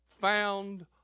found